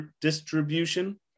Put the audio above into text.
distribution